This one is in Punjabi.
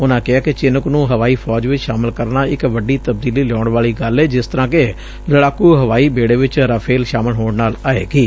ਉਨ੍ਹਾ ਕਿਹਾ ਕਿ ਚੀਨੂਕ ਨੂੰ ਹਵਾਈ ਫੌਜ ਵਿਚ ਸ਼ਾਮਲ ਕਰਨਾ ਇਕ ਵੱਡੀ ਤਬਦੀਲੀ ਲਿਆਉਣ ਵਾਲੀ ਗੱਲ ਏ ਜਿਸ ਤਰੂਾ ਕਿ ਲਤਾਕੁ ਹਵਾਈ ਬੇਤੇ ਵਿਚ ਰਾਫ਼ੇਲ ਸ਼ਾਮਲ ਹੋਣ ਨਾਲ ਆਵੇਗੀ